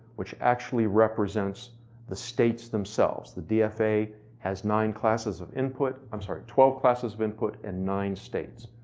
which actually represents the states themselves. the dfa has nine classes of input, i'm sorry, twelve classes of input and nine states,